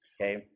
okay